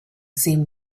seemed